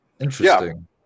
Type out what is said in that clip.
interesting